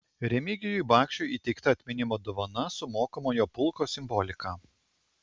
remigijui bakšiui įteikta atminimo dovana su mokomojo pulko simbolika